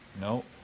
no